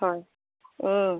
হয়